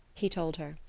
he told her.